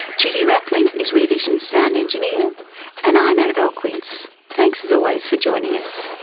judy rapley is rear vision's sound engineer and i'm annabelle quince. thanks as always for joining us